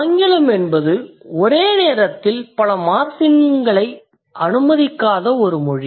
ஆங்கிலம் என்பது ஒரே நேரத்தில் பல மார்ஃபிம்களை அனுமதிக்காத ஒரு மொழி